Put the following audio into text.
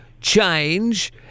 change